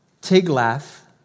Tiglath